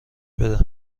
بده